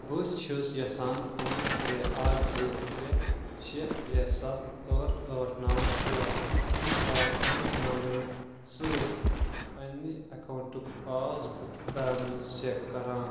بہٕ چھُس یژھان پۭنژ ترٛےٚ اکھ زٕ ترٛےٚ شٚے ترٛےٚ ستھ ٲٹھ ٲٹھ نو ژور یو آی این نمبرٕ سۭتۍ پننہِ اکاؤنٹُک پاس بُک بیلنس چیک کران